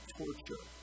torture